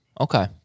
Okay